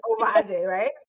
right